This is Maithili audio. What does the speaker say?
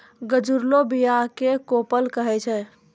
गजुरलो बीया क कोपल कहै छै